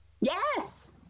Yes